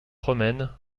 romaine